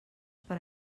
per